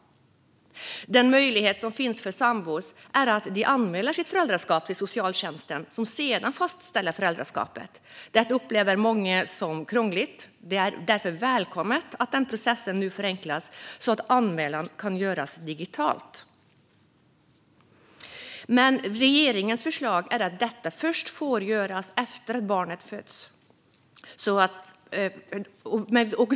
Den möjlighet som finns för sambor är att anmäla sitt föräldraskap till socialtjänsten, som sedan fastställer föräldraskapet. Detta upplever många som krångligt. Det är därför välkommet att processen nu förenklas så att anmälan kan göras digitalt. Men regeringens förslag är att detta först får göras efter att barnet fötts.